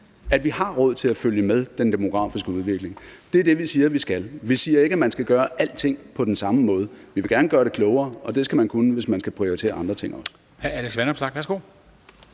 at vi har råd til at følge med den demografiske udvikling. Det er det, vi siger vi skal. Vi siger ikke, at man skal gøre alting på den samme måde. Vi vil gerne gøre det klogere, og det skal man kunne, hvis man skal prioritere andre ting også.